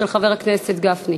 של חבר הכנסת גפני.